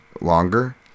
longer